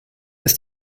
ist